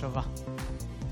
בהתחשב במצב שוק המכוניות,